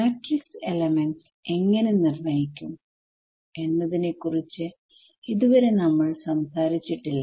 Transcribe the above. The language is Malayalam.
മാട്രിക്സ് എലമെന്റ്സ് എങ്ങനെ നിർണ്ണയിക്കും എന്നതിനെ കുറിച്ച് ഇതുവരെ നമ്മൾ സംസാരിച്ചിട്ടില്ല